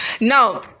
now